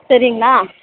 சரிங்களா